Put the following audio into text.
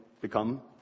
become